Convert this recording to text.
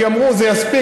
כי אמרו: זה יספיק,